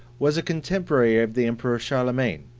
was a contemporary of the emperor charlemagne,